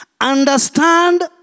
understand